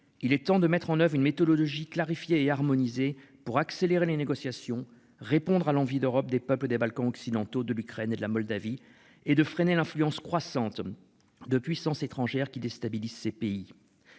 Il est temps de mettre en oeuvre une méthodologie clarifier et harmoniser pour accélérer les négociations répondre à l'envie d'Europe des peuples des Balkans occidentaux de l'Ukraine et de la Moldavie et de freiner l'influence croissante. De puissances étrangères qui déstabilisent ces pays.